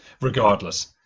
Regardless